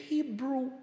Hebrew